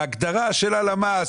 בהגדרה של הלמ"ס,